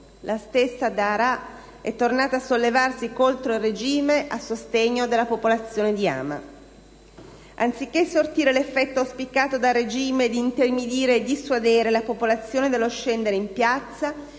La stessa Daraa è tornata a sollevarsi contro il regime e a sostegno della popolazione di Hama. Anziché sortire l'effetto auspicato dal regime di intimidire e dissuadere la popolazione dallo scendere in piazza,